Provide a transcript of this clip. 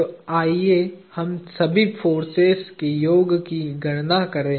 तो आइए हम सभी फोर्सेज के योग की गणना करें